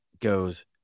goes